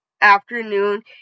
afternoon